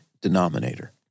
denominator